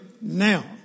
now